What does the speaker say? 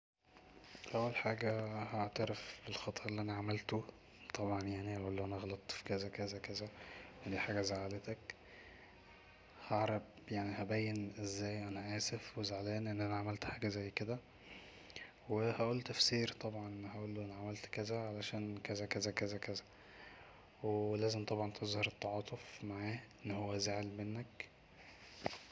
اول حاجه هعترف بالخطأ اللي انا عملته طبعا يعني أقوله انا غلطت في كذا كذا هي دي حاجه زعلت هبين ازاي انا اسف و زعلان ان انا عملت حاجة زي كدا وهقول تفسير طبعا هقوله انا عملت كذا عشان كذا كذا كذا كذا ولازم طبعا تظر التعاطف معاه ان هو زعل منك